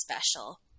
special